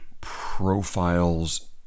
profiles